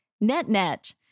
Net-net